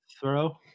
throw